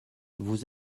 vous